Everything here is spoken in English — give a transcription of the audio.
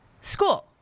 school